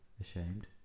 ashamed